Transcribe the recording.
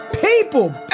people